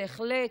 בהחלט,